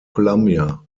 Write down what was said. columbia